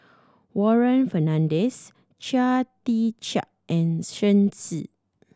Warren Fernandez Chia Tee Chiak and Shen